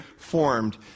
Formed